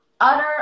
utter